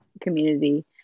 community